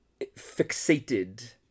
fixated